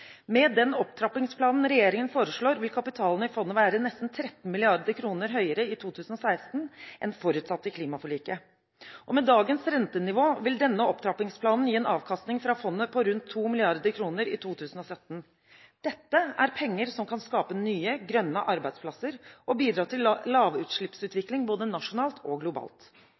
Med den opptrappingsplanen regjeringen foreslår, vil kapitalen i fondet være nesten 13 mrd. kr høyere i 2016 enn forutsatt i klimaforliket. Med dagens rentenivå vil denne opptrappingsplanen gi en avkastning fra fondet på rundt 2 mrd. kr i 2017. Dette er penger som kan skape nye grønne arbeidsplasser og bidra til lavutslippsutvikling både nasjonalt og globalt.